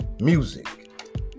music